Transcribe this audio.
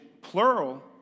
plural